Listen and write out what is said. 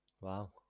Wow